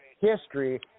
history